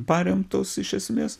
paremtos iš esmės